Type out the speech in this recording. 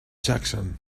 jackson